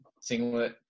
singlet